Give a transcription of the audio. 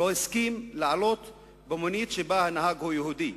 הוא לא הסכים לעלות למונית שבה הנהג יהודי.